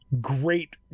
great